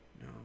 no